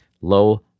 low